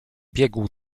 biegł